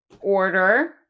order